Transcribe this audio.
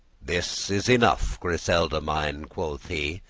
this is enough, griselda mine, quoth he.